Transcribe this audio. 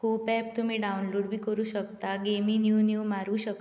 खूब ऍप बी तुमी डाव्नलोड बी करूंक शकता गेमी न्यू न्यू मारूं शकता